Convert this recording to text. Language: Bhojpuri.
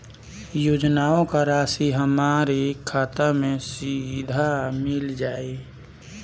योजनाओं का राशि हमारी खाता मे सीधा मिल जाई?